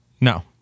No